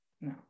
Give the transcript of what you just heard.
no